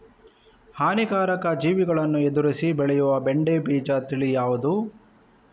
ಹಾನಿಕಾರಕ ಜೀವಿಗಳನ್ನು ಎದುರಿಸಿ ಬೆಳೆಯುವ ಬೆಂಡೆ ಬೀಜ ತಳಿ ಯಾವ್ದು?